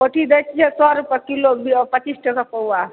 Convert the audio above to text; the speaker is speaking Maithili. पोठी दै छियै सए रुपैआ किलो पच्चीस टके पौआ